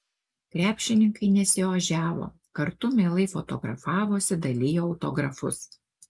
krepšininkai nesiožiavo kartu mielai fotografavosi dalijo autografus